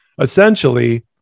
essentially